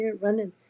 running